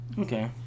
Okay